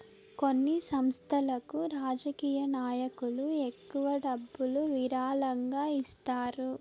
కొన్ని సంస్థలకు రాజకీయ నాయకులు ఎక్కువ డబ్బులు విరాళంగా ఇస్తారు